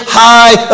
high